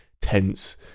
tense